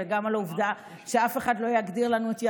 וגם על העובדה שאף אחד לא יגדיר לנו את יהדותנו.